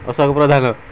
Ashok Pradhan